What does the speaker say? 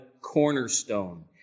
cornerstone